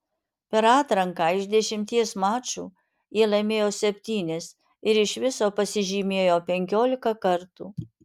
per atranką iš dešimties mačų jie laimėjo septynis ir iš viso pasižymėjo penkiolika kartų